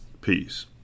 Peace